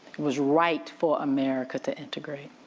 was right for america to integrate,